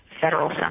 federal